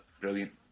Brilliant